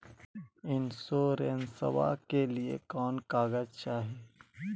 इंसोरेंसबा के लिए कौन कागज चाही?